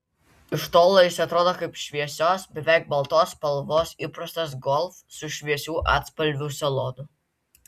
iš tolo jis atrodo kaip šviesios beveik baltos spalvos įprastas golf su šviesių atspalvių salonu